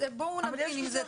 בואו נמתין עם זה,